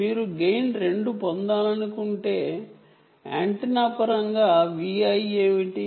మీరు గెయిన్ 2 పొందాలనుకుంటే యాంటెన్నా పరంగా Vi ఏమిటి